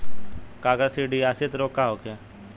काकसिडियासित रोग का होखे?